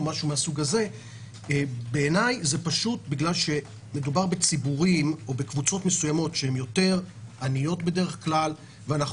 אלא בעיני זה בגלל שמדובר בציבור מעט יותר עני ואנחנו